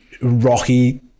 rocky